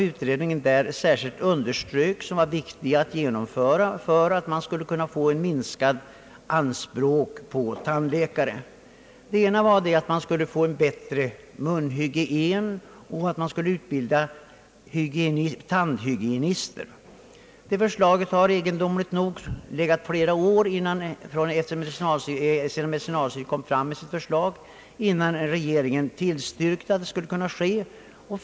Utredningen underströk att det framför allt var viktigt att genomföra tre ting för att man skulle få ett minskat anspråk på tandläkare och tandvårdspersonal. Det första var att man måste få till stånd en bättre munhygien och därför bl.a. utbilda tandhygienister. Detta förslag har legat i flera år sedan det först framfördes av medicinalstyrelsen, innan regeringen tog upp det.